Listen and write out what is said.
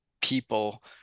people